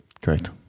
Correct